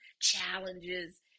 challenges